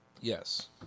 Yes